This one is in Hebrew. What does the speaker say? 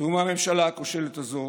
צאו מהממשלה הכושלת הזאת.